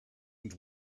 and